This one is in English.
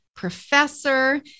professor